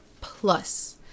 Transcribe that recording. plus